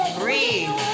breathe